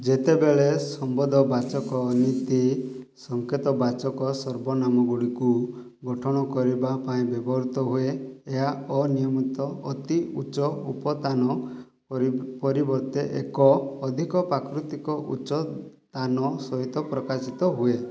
ଯେତେବେଳେ ସମ୍ବନ୍ଧବାଚକ ଅନ୍ୱିତି ସଙ୍କେତବାଚକ ସର୍ବନାମଗୁଡ଼ିକୁ ଗଠନ କରିବା ପାଇଁ ବ୍ୟବହୃତ ହୁଏ ଏହା ଅନିୟମିତ ଅତି ଉଚ୍ଚ ଉପତାନ ପରି ପରିବର୍ତ୍ତେ ଏକ ଅଧିକ ପ୍ରାକୃତିକ ଉଚ୍ଚ ତାନ ସହିତ ପ୍ରକାଶିତ ହୁଏ